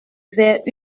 vers